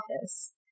office